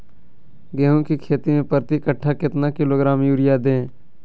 गेंहू की खेती में प्रति कट्ठा कितना किलोग्राम युरिया दे?